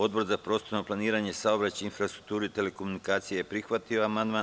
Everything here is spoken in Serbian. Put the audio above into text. Odbor za prostorno planiranje, saobraćaj, infrastrukturu i telekomunikacije je prihvatio amandman.